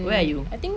where are you